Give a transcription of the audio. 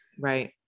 Right